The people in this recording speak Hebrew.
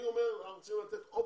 אני אומר שאנחנו צריכים לתת אופציה.